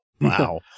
Wow